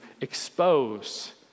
expose